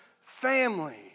family